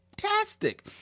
fantastic